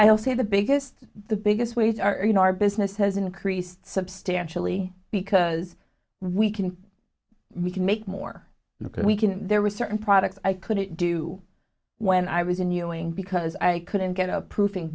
i'll say the biggest the biggest ways are you know our business has increased substantially because we can we can make more than we can there were certain products i couldn't do when i was in ewing because i couldn't get a proofing